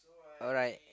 alright